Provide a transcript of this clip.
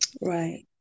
Right